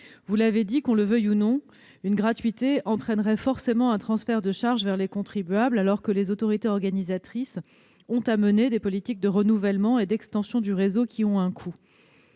le stabiliser. Qu'on le veuille ou non, une gratuité entraînerait forcément un transfert de charges vers les contribuables, alors que les autorités organisatrices ont à mener des politiques de renouvellement et d'extension du réseau. Ces politiques ont un coût.